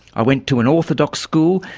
i went to an orthodox school,